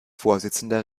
vorsitzender